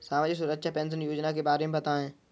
सामाजिक सुरक्षा पेंशन योजना के बारे में बताएँ?